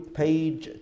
page